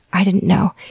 i didn't know.